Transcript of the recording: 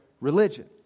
religion